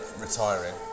retiring